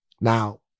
Now